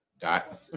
dot